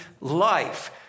life